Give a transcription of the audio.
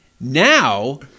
Now